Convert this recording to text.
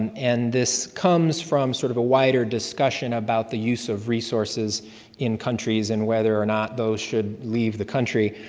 and and this comes from sort of a wider discussion about the use of resources in countries and whether or not those should leave the country.